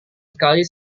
sekali